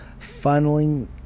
funneling